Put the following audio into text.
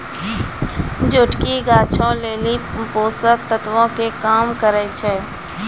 जोटकी गाछो लेली पोषक तत्वो के काम करै छै